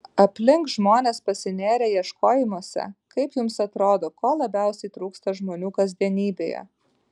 aplink žmonės pasinėrę ieškojimuose kaip jums atrodo ko labiausiai trūksta žmonių kasdienybėje